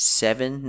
seven